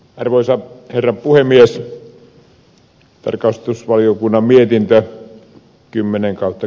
arvoisa herra puhemies